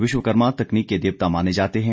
विश्वकर्मा तकनीक के देवता माने जाते हैं